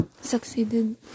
succeeded